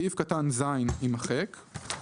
סעיף קטן (ז) יימחק."